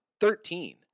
Thirteen